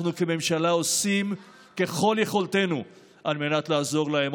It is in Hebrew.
אנחנו כממשלה עושים ככל יכולתנו על מנת לעזור להם.